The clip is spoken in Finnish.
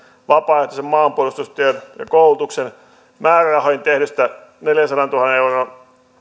vapaaehtoisen maanpuolustustyön ja koulutuksen määrärahoihin tehdystä neljänsadantuhannen euron